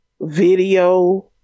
video